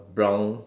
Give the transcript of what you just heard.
brown